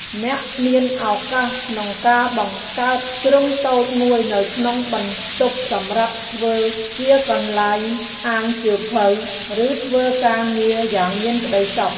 អ្នកមានឱកាសក្នុងការបង្កើតជ្រុងតូចមួយនៅក្នុងបន្ទប់សម្រាប់ធ្វើជាកន្លែងអានសៀវភៅឬធ្វើការងារយ៉ាងមានក្ដីសុខ។